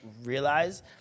realize